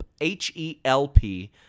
H-E-L-P